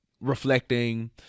reflecting